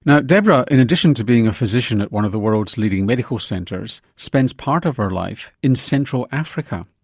now deborah rhodes, in addition to being a physician at one of the world's leading medical centres spends part of her life in central africa.